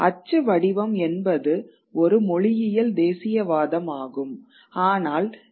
அச்சு வடிவம் என்பது ஒரு மொழியியல் தேசியவாதம் ஆகும்